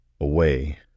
away